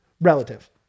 Relative